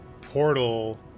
portal